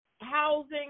housing